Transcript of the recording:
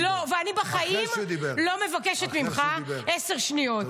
-- לא מבקשת ממך עשר שניות.